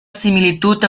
similitud